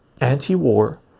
anti-war